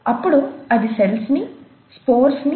అప్పుడు అది సెల్స్ ని స్పోర్స్ ని చంపేస్తుంది